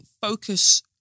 focus